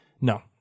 no